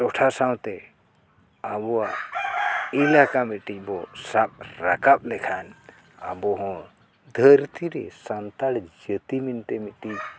ᱴᱚᱴᱷᱟ ᱥᱟᱶᱛᱮ ᱟᱵᱚᱣᱟᱜ ᱮᱞᱟᱠᱟ ᱢᱤᱫᱴᱤᱡ ᱵᱚ ᱥᱟᱵ ᱨᱟᱠᱟᱵ ᱞᱮᱠᱷᱟᱱ ᱟᱵᱚ ᱦᱚᱸ ᱫᱷᱟᱹᱨᱛᱤ ᱨᱮ ᱥᱟᱱᱛᱟᱲ ᱡᱟᱹᱛᱤ ᱢᱮᱱᱛᱮ ᱢᱤᱫᱴᱤᱡ